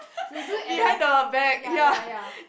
we'll do at the ba~ ya ya ya